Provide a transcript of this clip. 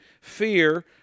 fear